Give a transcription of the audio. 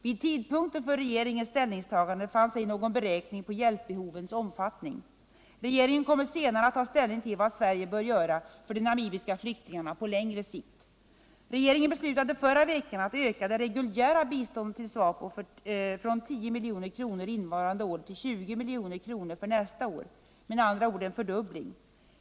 Vid tidpunkten för regeringens ställningstagande fanns ej någon beräkning på hjälpbehovens omfattning. Regeringen kommer senare att ta ställning till vad Sverige bör göra för de namibiska flyktingarna på längre sikt. Regeringen beslutade förra veckan att öka det reguljära biståndet till SWAPO från 10 milj.kr. innevarande år till 20 milj.kr. för nästa år, med andra ord en fördubbling.